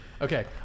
Okay